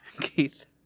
Keith